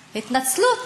התנצלות.